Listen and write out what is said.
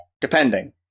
depending